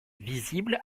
visibles